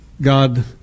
God